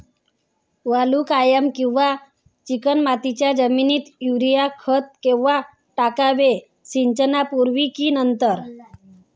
वालुकामय किंवा चिकणमातीच्या जमिनीत युरिया खत केव्हा टाकावे, सिंचनापूर्वी की नंतर?